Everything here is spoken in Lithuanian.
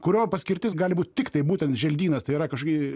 kurio paskirtis gali būt tiktai būtent želdynas tai yra kažkokie